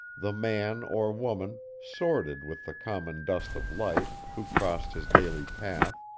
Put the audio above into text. the man or woman, sordid with the common dust of life, who crossed his daily path,